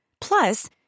Plus